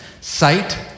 Sight